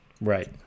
Right